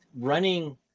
running